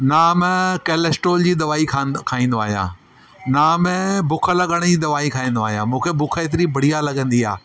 न में केलेस्ट्रोल जी दवाई खादों खाईंदो आहियां न में बुख लॻण जी दवाई खाईंदो आहियां मूंखे बुख एतिरी बढ़िया लगंदी आहे